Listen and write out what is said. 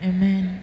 Amen